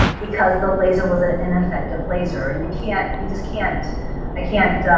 because the laser was an ineffective laser. and you can't you just can't i can't